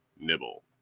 nibble